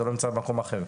אז זה לא נמצא במקום אחר.